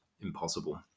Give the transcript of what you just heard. impossible